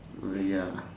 oh ya